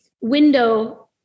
window